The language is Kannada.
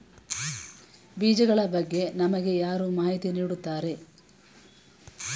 ಬೀಜಗಳ ಬಗ್ಗೆ ನಮಗೆ ಯಾರು ಮಾಹಿತಿ ನೀಡುತ್ತಾರೆ?